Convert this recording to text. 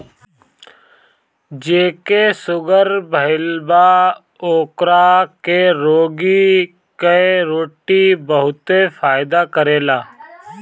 जेके शुगर भईल बा ओकरा के रागी कअ रोटी बहुते फायदा करेला